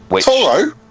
Toro